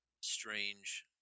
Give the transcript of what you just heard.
strange